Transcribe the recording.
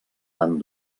tant